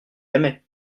aimait